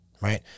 Right